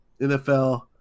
NFL